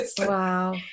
wow